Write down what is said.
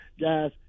guys